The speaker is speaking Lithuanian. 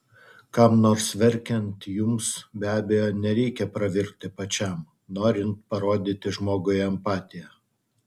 kam nors verkiant jums be abejo nereikia pravirkti pačiam norint parodyti žmogui empatiją